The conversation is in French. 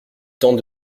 temps